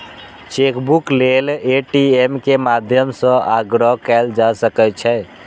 chequebook लेल ATM के माध्यम सं आग्रह कैल जा सकै छै